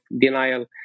denial